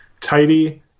tidy